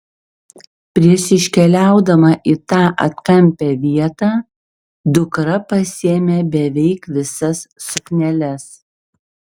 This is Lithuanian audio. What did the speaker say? prieš iškeliaudama į tą atkampią vietą dukra pasiėmė beveik visas sukneles